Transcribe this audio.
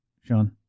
Sean